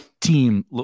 team